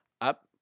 up